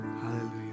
Hallelujah